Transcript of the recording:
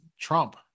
Trump